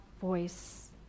voice